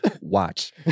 Watch